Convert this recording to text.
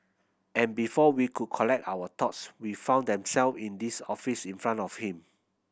and before we could collect our thoughts we found them self in this office in front of him